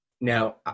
Now